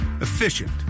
efficient